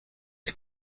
las